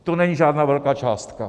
To není žádná velká částka.